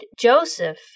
Joseph